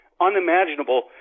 unimaginable